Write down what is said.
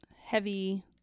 heavy